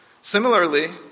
Similarly